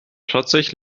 trotzig